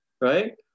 right